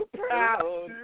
proud